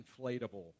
inflatable